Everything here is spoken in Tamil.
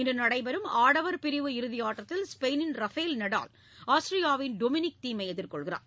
இன்று நடைபெறும் ஆடவர் பிரிவு இறுதி ஆட்டத்தில் ஸ்பெயினின் ரபேல் நடால் ஆஸ்திரியாவின் டொமினிக் தீம் ஐ எதிர்கொள்கிறார்